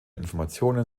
informationen